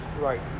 Right